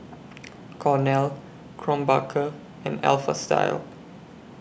Cornell Krombacher and Alpha Style